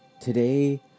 today